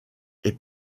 est